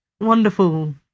wonderful